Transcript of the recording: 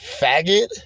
faggot